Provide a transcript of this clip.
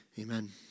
Amen